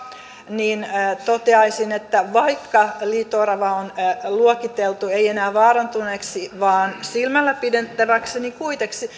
toteaisin että vaikka liito oravaa ei ole luokiteltu enää vaarantuneeksi vaan silmällä pidettäväksi niin